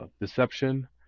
deception